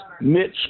Mitch